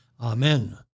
Amen